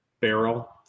Barrel